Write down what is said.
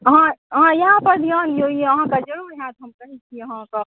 अहाँ इएह पर ध्यान दिऔ ई अहाँकेॅं जरुर होयत हम कहै छी